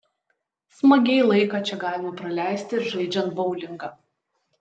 smagiai laiką čia galima praleisti ir žaidžiant boulingą